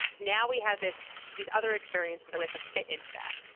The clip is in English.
now we have this these other experiences. so it's a fit into that.